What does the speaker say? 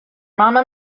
mamma